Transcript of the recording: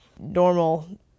normal